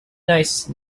nice